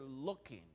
looking